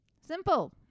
Simple